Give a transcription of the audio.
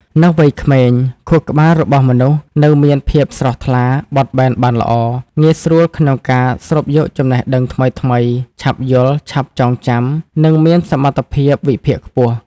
នៅវ័យក្មេង ខួរក្បាលរបស់មនុស្សនៅមានភាពស្រស់ថ្លា បត់បែនបានល្អ ងាយស្រួលក្នុងការស្រូបយកចំណេះដឹងថ្មីៗ ឆាប់យល់ ឆាប់ចងចាំ និងមានសមត្ថភាពវិភាគខ្ពស់ ។